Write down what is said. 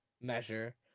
measure